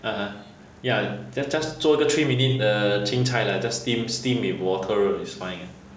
(uh huh) ya just just 做一个 three minutes 的青菜 lah just steam steam with water is fine ah